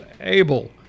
able